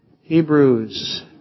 Hebrews